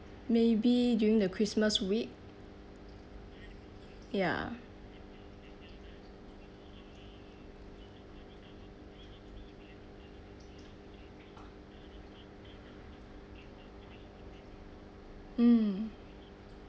maybe during the christmas week ya mm